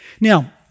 Now